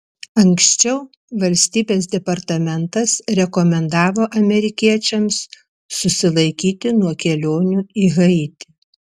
anksčiau valstybės departamentas rekomendavo amerikiečiams susilaikyti nuo kelionių į haitį